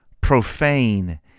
profane